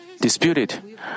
disputed